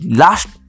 last